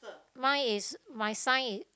mine is my side